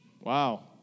Wow